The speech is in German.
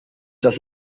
das